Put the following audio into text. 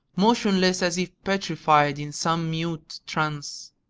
motionless as if petrified in some mute trance.